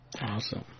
Awesome